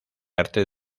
arte